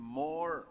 more